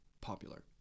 Popular